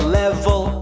level